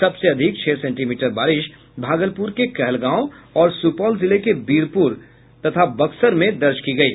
सबसे अधिक छह सेंटीमीटर बारिश भागलपुर के कहलगांव तथा सुपौल जिले के बीरपुर और बक्सर में दर्ज की गयी